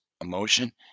emotion